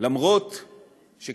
למרות העובדה,